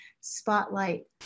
spotlight